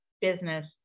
business